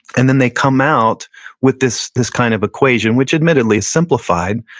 and then they come out with this this kind of equation which admittedly it's simplified,